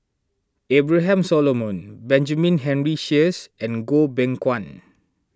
Abraham Solomon Benjamin Henry Sheares and Goh Beng Kwan